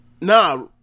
nah